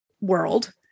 world